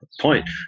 point